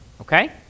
Okay